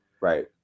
right